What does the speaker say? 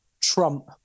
trump